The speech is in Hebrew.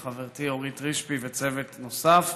וחברתי אורית רשפי וצוות נוסף,